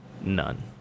None